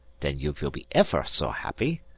den you vill be efer so happy.